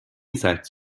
sets